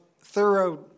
thorough